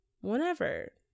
whenever